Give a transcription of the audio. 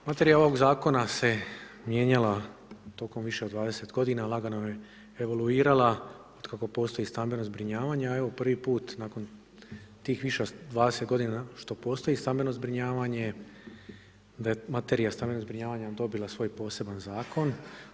Materija ovog zakona se mijenjala tokom više od 20 godina lagano je evoluirala od kako postoji stambeno zbrinjavanje, a evo prvi put tih više od 20 godina što postoji stambeno zbrinjavanje da je materija stambenog zbrinjavanja dobila svoj poseban zakon.